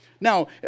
Now